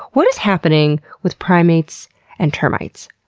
what is happening with primates and termites?